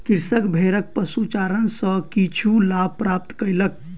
कृषक भेड़क पशुचारण सॅ किछु लाभ प्राप्त कयलक